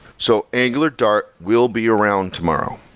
so angulardart will be around tomorrow.